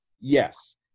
Yes